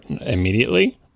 immediately